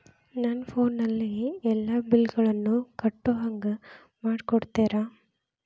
ನನ್ನ ಫೋನಿನಲ್ಲೇ ಎಲ್ಲಾ ಬಿಲ್ಲುಗಳನ್ನೂ ಕಟ್ಟೋ ಹಂಗ ಮಾಡಿಕೊಡ್ತೇರಾ?